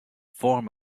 form